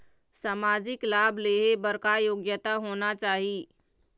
सामाजिक लाभ लेहे बर का योग्यता होना चाही?